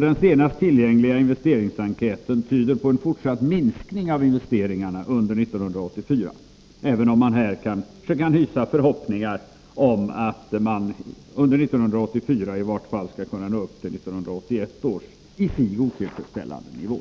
Den senast tillgängliga investeringsenkäten tyder på en fortsatt minskning av investeringarna under 1984, även om man här kanske kan hysa förhoppningen att vi under 1984 i vart fall skall kunna nå upp till 1981 års i sig otillfredsställande nivå.